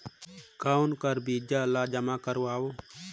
कौन का चीज ला जमा करवाओ?